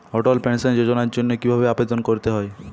অটল pension যোজনার জন্য কি ভাবে আবেদন করতে হয়?